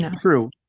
true